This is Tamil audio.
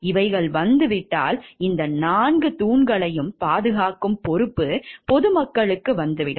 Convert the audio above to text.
இவைகள் வந்து விட்டால் இந்த 4 தூண்களையும் பாதுகாக்கும் பொறுப்பு பொதுமக்களுக்கு வந்துவிடும்